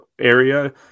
area